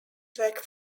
track